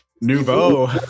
Nouveau